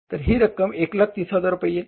तर ही रक्कम 130000 रुपये येईल